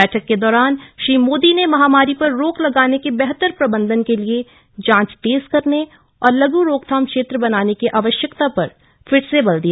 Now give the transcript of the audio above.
बैठक के दौरान श्री मोदी ने महामारी पर रोक लगाने के बेहतर प्रबंधन के लिए जांच तेज करने और लघु रोकथाम क्षेत्र बनाने की आवश्यकता पर फिर बल दिया